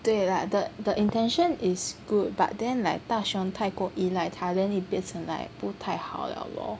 对 lah the the intention is good but then like 大雄太过依赖他 then he 变成 like 不太好了 lor